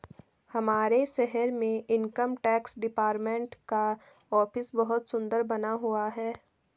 हमारे शहर में इनकम टैक्स डिपार्टमेंट का ऑफिस बहुत सुन्दर बना हुआ है